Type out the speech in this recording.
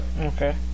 Okay